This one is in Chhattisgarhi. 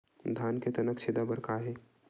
धान के तनक छेदा बर का हे?